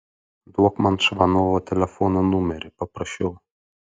duok man čvanovo telefono numerį paprašiau